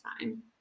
time